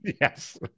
Yes